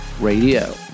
Radio